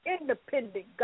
Independent